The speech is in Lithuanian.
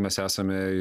mes esame